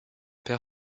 père